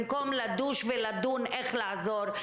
במקום לדוש ולדון איך לעזור,